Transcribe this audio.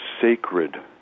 sacred